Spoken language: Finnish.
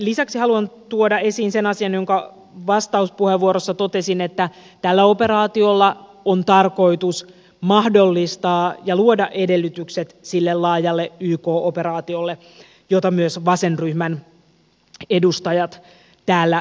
lisäksi haluan tuoda esiin sen asian jonka vastauspuheenvuorossa totesin että tällä operaatiolla on tarkoitus mahdollistaa laaja yk operaatio ja luoda sille edellytykset ja sitä myös vasenryhmän edustajat täällä peräänkuuluttivat